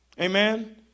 Amen